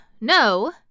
no